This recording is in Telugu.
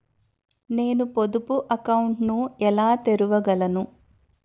నేను పొదుపు అకౌంట్ను ఎలా తెరవగలను?